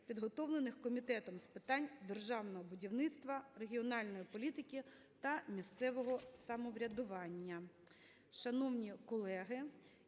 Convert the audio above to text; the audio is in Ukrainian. підготовлених Комітетом з питань державного будівництва, регіональної політики та місцевого самоврядування. Шановні колеги,